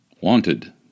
Wanted